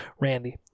Randy